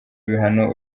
ibihano